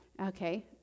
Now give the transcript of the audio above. Okay